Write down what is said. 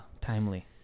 Timely